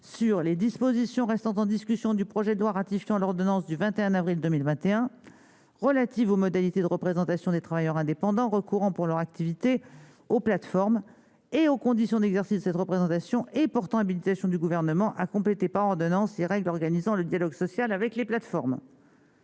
sur les dispositions restant en discussion du projet de loi ratifiant l'ordonnance n° 2021-484 du 21 avril 2021 relative aux modalités de représentation des travailleurs indépendants recourant pour leur activité aux plateformes et aux conditions d'exercice de cette représentation et portant habilitation du Gouvernement à compléter par ordonnance les règles organisant le dialogue social avec les plateformes